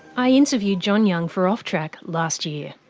i interviewed john young for off track last year.